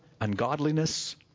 ungodliness